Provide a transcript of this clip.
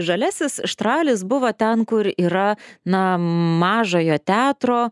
žaliasis štralis buvo ten kur yra na mažojo teatro